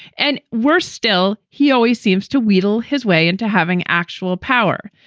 and worse still, he always seems to wheedle his way into having actual power.